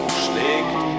schlägt